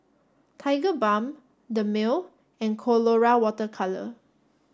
Tigerbalm Dermale and Colora water colour